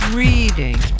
reading